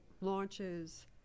launches